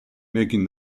making